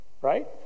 Right